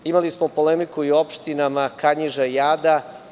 Imali smo polemiku i o opštinama Kanjiža i Ada.